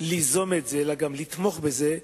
ליזום את זה אלא גם לתמוך בזה,